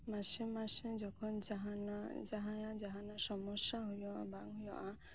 ᱢᱟᱥᱮ ᱢᱟᱥᱮ ᱡᱟᱸᱦᱟᱭᱟᱜ ᱥᱚᱢᱚᱥᱥᱟ ᱦᱩᱭᱩᱜᱼᱟ ᱵᱟᱝ ᱦᱩᱭᱩᱜᱼᱟ